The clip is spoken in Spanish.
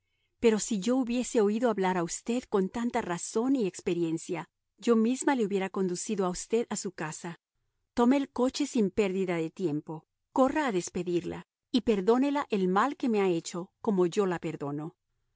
pero si yo hubiese oído hablar a usted con tanta razón y experiencia yo misma le hubiera conducido a usted a su casa tome el coche sin pérdida de tiempo corra a despedirla y perdónela el mal que me ha hecho como yo la perdono